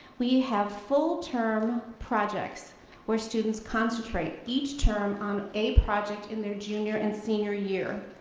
we have full term projects where students concentrate each term on eight projects in their junior and senior year.